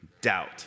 doubt